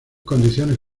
condiciones